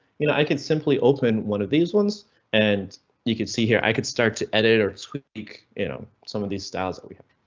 you know i could simply open one of these ones and you can see here i could start to edit or squeak. you know some of these styles that we have.